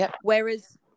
Whereas